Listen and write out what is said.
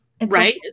Right